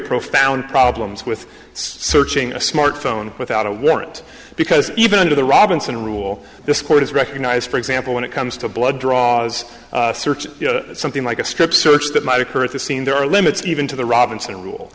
profound problems with searching a smartphone without a warrant because even under the robinson rule this court is recognised for example when it comes to blood draws search something like a strip search that might occur at the scene there are limits even to the robinson rule